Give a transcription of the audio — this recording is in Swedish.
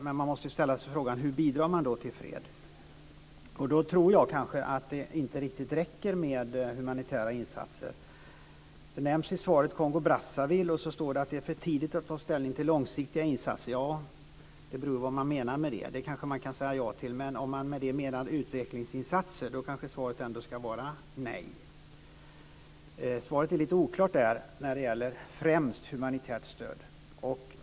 Men hur bidrar man till fred? Jag tror inte att det riktigt räcker med humanitära insatser. Det nämndes i svaret att det är för tidigt att ta ställning till långsiktiga insatser i Kongo-Brazzaville. Ja, det beror på vad man menar med det. Man kanske kan säga ja till det, men om man menar utvecklingsinsatser är svaret ändå nej. Svaret var lite oklart när det gäller främst humanitärt stöd.